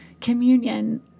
communion